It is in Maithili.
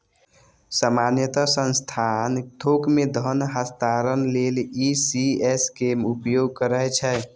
सामान्यतः संस्थान थोक मे धन हस्तांतरण लेल ई.सी.एस के उपयोग करै छै